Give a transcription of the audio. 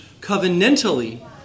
covenantally